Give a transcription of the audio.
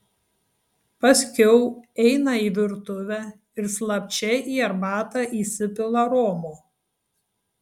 paskiau eina į virtuvę ir slapčia į arbatą įsipila romo